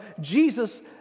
Jesus